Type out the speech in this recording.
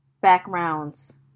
backgrounds